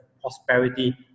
prosperity